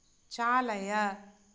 चालय